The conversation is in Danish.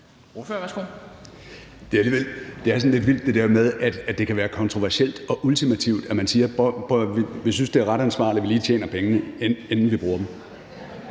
Det er sådan lidt vildt, at det kan være kontroversielt og ultimativt, at man siger: Prøv at høre, vi synes, det er ret ansvarligt, at vi lige tjener pengene, inden vi bruger dem.